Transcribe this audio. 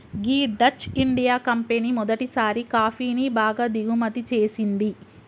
గీ Dutch India company మొదటిసారి కాఫీని బాగా దిగుమతి చేసింది